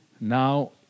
Now